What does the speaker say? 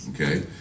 okay